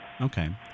Okay